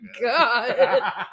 God